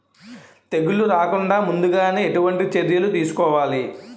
తెగుళ్ల రాకుండ ముందుగానే ఎటువంటి చర్యలు తీసుకోవాలి?